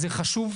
זה חשוב,